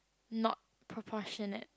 not proportionate